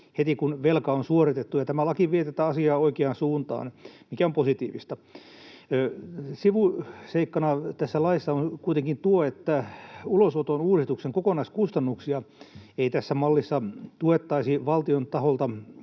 heti kun velka on suoritettu, ja tämä laki vie tätä asiaa oikeaan suuntaan, mikä on positiivista. Sivuseikkana tässä laissa on kuitenkin tuo, että ulosoton uudistuksen kokonaiskustannuksia ei tässä mallissa tuettaisi valtion taholta